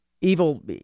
evil